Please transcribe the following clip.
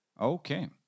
Okay